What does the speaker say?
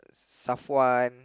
Safwan